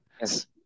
Yes